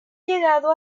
llegado